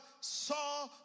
saw